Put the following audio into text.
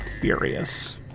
furious